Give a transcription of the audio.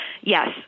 yes